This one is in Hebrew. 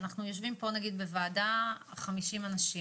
אנחנו יושבים פה בוועדה 50 אנשים